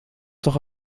toch